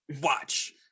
Watch